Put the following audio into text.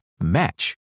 match